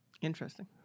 interesting